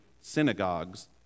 synagogues